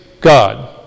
God